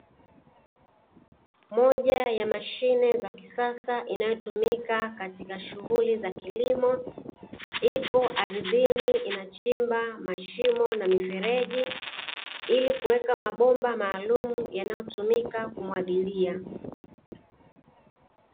Moja ya mashine za kisasa, inayotumika katika shughuli za kilimo, ipo ardhini inachimba mashimo na mifereji, ili kuweka mabomba maalumu yanayotumika kumwagilia.